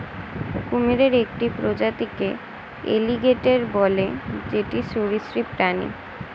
কুমিরের একটি প্রজাতিকে এলিগেটের বলে যেটি সরীসৃপ প্রাণী